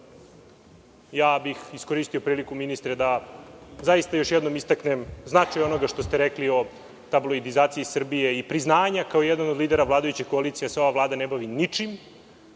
uvrede, iskoristio bih priliku ministre da zaista još jednom istaknem značaj onoga što ste rekli o tabloidizaciji Srbije i priznanja kao jedan od lidera vladajuće koalicije da se ova Vlada ne bavi ničim,